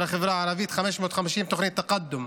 של החברה הערבית, 550, תוכנית תקאדום,